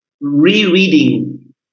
Rereading